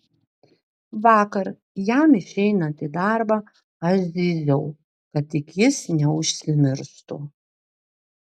vakar jam išeinant į darbą aš zyziau kad tik jis neužsimirštų